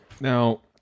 Now